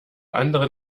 anderen